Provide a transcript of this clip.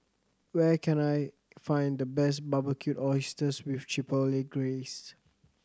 where can I find the best Barbecued Oysters with Chipotle Glaze